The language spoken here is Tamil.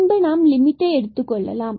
பின்பு நாம் லிமிட்டை எடுத்துக்கொள்ளலாம்